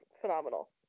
phenomenal